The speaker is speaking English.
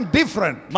different